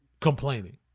complaining